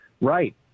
Right